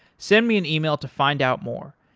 send me an e-mail to find out more,